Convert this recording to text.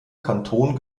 kantonen